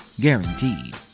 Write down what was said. Guaranteed